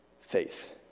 faith